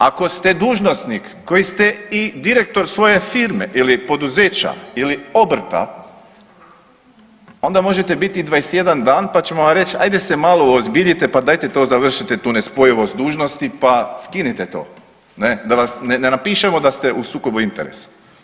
Ako ste dužnosnik koji ste i direktor svoje firme ili poduzeća ili obrta onda možete biti 21 dan pa ćemo vam reć ajde se malo uozbiljite pa dajte to završite tu nespojivost dužnosti pa skinite to ne, da ne napišemo da ste u sukobu interesa.